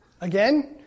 Again